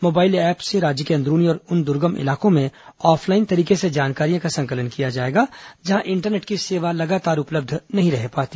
mobile app से राज्य के अंदरूनी और उन दुर्गम इलाकों में ऑफलाइन तरीके से जानकारी का संकलन किया जाएगा जहां इंटरनेट की सेवा लगातार उपलब्ध नहीं रह पाती